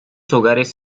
hogares